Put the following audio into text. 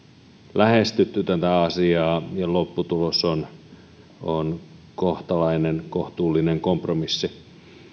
lähestytty tätä asiaa ja lopputulos on on kohtalainen kohtuullinen kompromissi